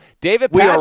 David